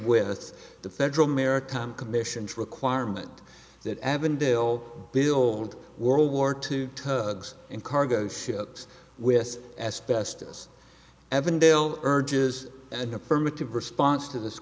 with the federal maritime commission requirement that avondale build world war two tugs in cargo ships with asbestos evandale urges an affirmative response to this